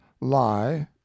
lie